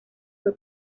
fue